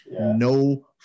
no